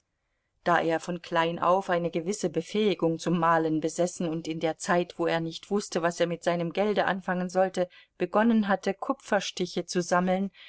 da er von klein auf eine gewisse befähigung zum malen besessen und in der zeit wo er nicht wußte was er mit seinem gelde anfangen sollte begonnen hatte kupferstiche zu sammeln